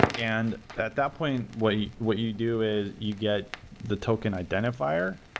and that that point, what you what you do is you get the token identifier,